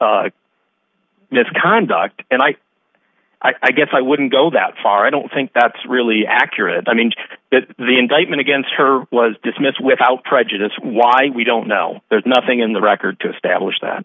all misconduct and i i guess i wouldn't go that far i don't think that's really accurate i mean just that the indictment against her was dismissed without prejudice why we don't know there's nothing in the record to establish that